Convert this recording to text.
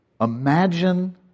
Imagine